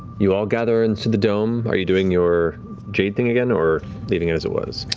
you all gather into the dome. are you doing your jade thing again, or leaving it as it was?